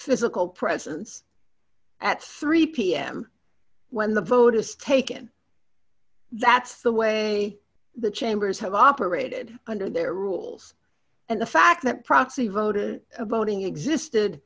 physical presence at three pm when the vote is taken that's the way the chambers have operated under their rules and the fact that proxy voters voting existed